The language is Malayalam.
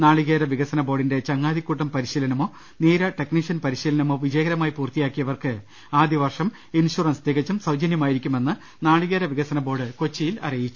നാളികേര വികസന ബോർഡിന്റെ ചങ്ങാതിക്കൂട്ടം പരി ശീലനമോ നീര ടെക്നീഷ്യൻ പരിശീലനമോ വിജയകരമായി പൂർത്തിയാ ക്കിയവർക്ക് ആദ്യവർഷം ഇൻഷൂറൻസ് തികച്ചും സൌജന്യമായിരിക്കുമെന്ന് നാളികേര വികസന ബോർഡ് കൊച്ചിയിൽ അറിയിച്ചു